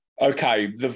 Okay